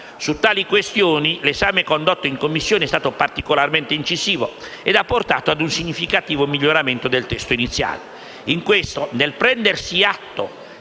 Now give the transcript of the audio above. Su tali questioni, l'esame condotto in Commissione alla Camera è stato particolarmente incisivo, e ha portato a un significativo miglioramento del testo iniziale.